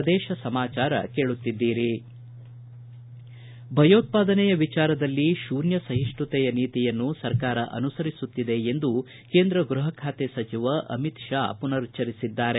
ಪ್ರದೇಶ ಸಮಾಚಾರ ಕೇಳುತ್ತಿದ್ದೀರಿ ಭಯೋತ್ಪಾದನೆಯ ವಿಚಾರದಲ್ಲಿ ಶೂನ್ಯ ಸಹಿಷ್ಣುತೆಯ ನೀತಿಯನ್ನು ಸರ್ಕಾರ ಅನುಸರಿಸುತ್ತಿದೆ ಎಂದು ಕೇಂದ್ರ ಗೃಹ ಖಾತೆ ಸಚಿವ ಅಮಿತ್ ಶಾ ಪುನರುಚ್ದಿಸಿದ್ದಾರೆ